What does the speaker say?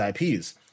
IPs